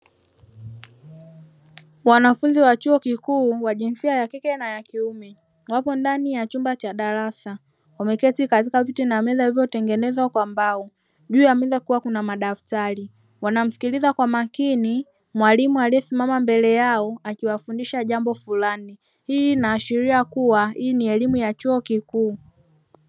Wanafunzi wa chuo kikuu wa jinsia ya kike na ya kiume wapo ndani ya chumba cha darasa, wameketi katika viti na meza vilivyotengenezwa kwa mbao, juu ya meza kukiwa kuna madaftari. Wanamsikiliza kwa makini mwalimu aliesimama mbele yao akiwafundisha jambo fulani, hii inaashiria kuwa hii ni elimu ya chuo kikuu.